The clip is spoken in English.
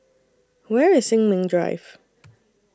Where IS Sin Ming Drive